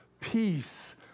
peace